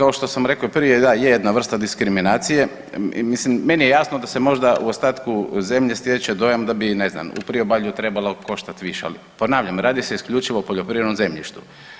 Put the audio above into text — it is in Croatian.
Kao što sam rekao i prije, da je jedna vrsta diskriminacije i mislim meni je jasno da se možda u ostatku zemlje stječe dojam da bi ne znam u priobalju trebalo koštat više, ali ponavljam, radi se isključivo o poljoprivrednom zemljištu.